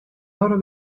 loro